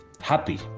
happy